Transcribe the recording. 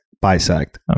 bisect